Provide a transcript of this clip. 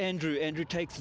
andrew andrew takes